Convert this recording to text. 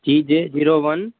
G J zero one